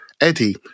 Eddie